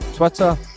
Twitter